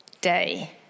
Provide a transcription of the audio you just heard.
day